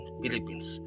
Philippines